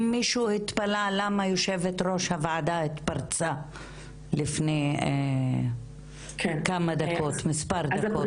אם מישהו התפלא למה יו"ר הוועדה התפרצה לפני מספר דקות.